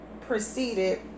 proceeded